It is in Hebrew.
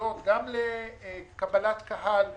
התקשרויות לקבלת קהל בשדרות,